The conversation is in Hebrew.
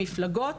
בוקר טוב.